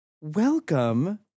welcome